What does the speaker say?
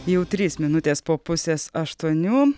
jau trys minutės po pusės aštuonių